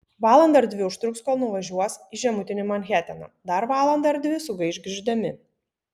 valandą ar dvi užtruks kol nuvažiuos į žemutinį manhataną dar valandą ar dvi sugaiš grįždami